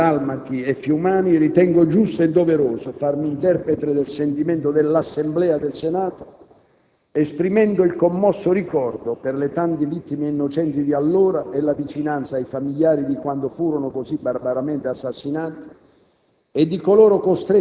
di istriani, dalmati e fiumani, ritengo giusto e doveroso farmi interprete del sentimento dell'Assemblea del Senato, esprimendo il commosso ricordo per le tante vittime innocenti di allora e la vicinanza ai familiari di quanti furono così barbaramente assassinati